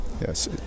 Yes